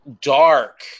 dark